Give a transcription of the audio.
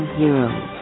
heroes